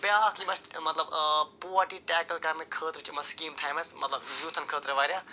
بیٛاکھ یِم اَسہِ مطلب پُوَرٹی ٹیکَل کرنہٕ خٲطرٕ چھِ یِمَن سِکیٖم تھایمَژٕ مطلب یوٗتھَن خٲطرٕ واریاہ